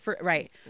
right